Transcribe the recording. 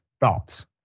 thoughts